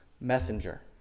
messenger